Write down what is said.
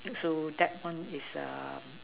so that one is err